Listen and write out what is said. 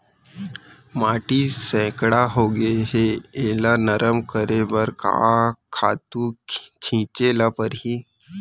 माटी सैकड़ा होगे है एला नरम करे बर का खातू छिंचे ल परहि?